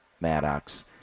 Maddox